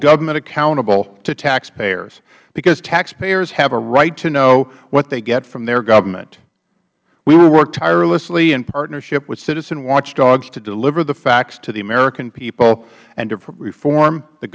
government accountable to taxpayers because taxpayers have a right to know what they get from their government we will work tirelessly in partnership with citizen watchdogs to deliver the facts to the american people and to reform the